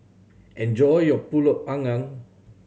enjoy your Pulut Panggang